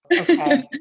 Okay